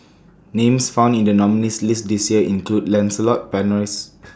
Names found in The nominees' list This Year include Lancelot Buy Rice